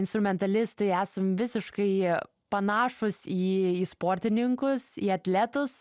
instrumentalistai esam visiškai panašūs į į sportininkus į atletus